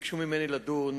ביקשו ממני לדון